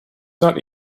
not